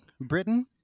Britain